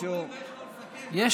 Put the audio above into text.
מירב?